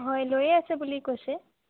হয় লৈয়ে আছে বুলি কৈছে